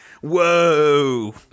whoa